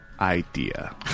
idea